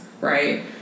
right